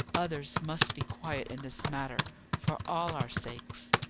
others must be quiet in this matter for all our sakes.